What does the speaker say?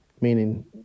meaning